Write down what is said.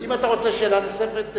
האם אתה רוצה שאלה נוספת?